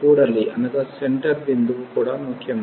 కూడలి బిందువు కూడా ముఖ్యం